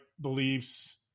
beliefs